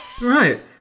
Right